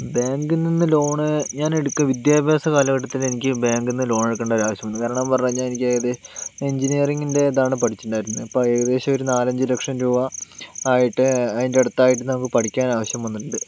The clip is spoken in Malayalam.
ബാങ്കിൽ നിന്ന് ലോണ് ഞാൻ എടുക്ക വിദ്യാഭ്യാസ കാലഘട്ടത്തിൽ എനിക്ക് ബാങ്കിൽ നിന്ന് ലോണെടുക്കണ്ട ഒരാവശ്യം വന്നു കാരണംന്ന് പറഞ്ഞാൽ എനിക്ക് ഏകദേ എഞ്ചിനീയറിങ്ങിൻ്റെ ഇതാണ് പഠിച്ചിട്ടുണ്ടായിരുന്നത് അപ്പോൾ ഏകദേശം ഒരു നാലഞ്ച് ലക്ഷം രൂപ ആയിട്ട് അതിൻറ്റടുത്തായിട്ട് നമുക്ക് പഠിക്കാൻ ആവശ്യം വന്നിട്ടുണ്ട്